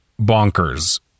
Bonkers